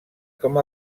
com